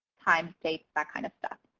times, dates, that kind of stuff.